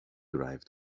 drive